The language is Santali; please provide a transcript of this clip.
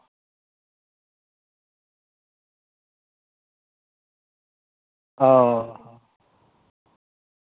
ᱚᱻ